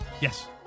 Yes